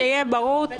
שיהיה ברור,